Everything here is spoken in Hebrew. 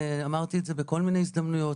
אמרתי את זה בכל מיני הזדמנויות.